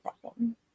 problem